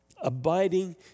abiding